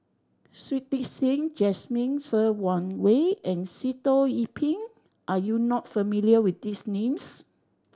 Shui Tit Sing Jasmine Ser Xiang Wei and Sitoh Yih Pin are you not familiar with these names